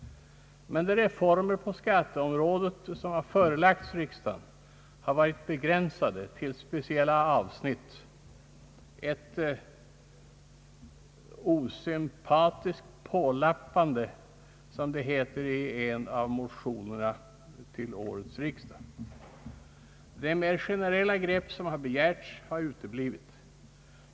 Men de reformer på skatteområdet som förelagts riksdagen har varit begränsade till speciella avsnitt — ett »osystematiskt pålappande», som det heter i en av motionerna till årets riksdag. Det mera generella grepp som begärs har uteblivit.